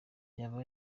byaba